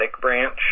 branch